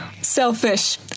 selfish